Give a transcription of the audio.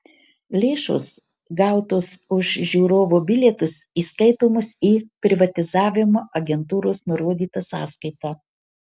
lėšos gautos už žiūrovo bilietus įskaitomos į privatizavimo agentūros nurodytą sąskaitą